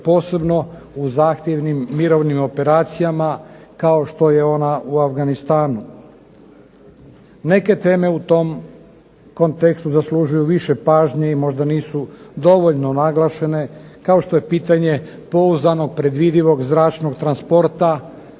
posebno u zahtjevnim mirovnim operacijama kao što je ona u Afganistanu. Neke teme u tom kontekstu zaslužuju više pažnje i možda nisu dovoljno naglašene. Kao što je pitanje pouzdanog predvidivog zračnog transporta